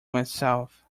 myself